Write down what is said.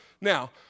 Now